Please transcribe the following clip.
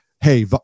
hey